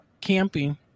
camping